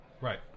Right